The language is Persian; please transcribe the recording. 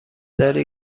داری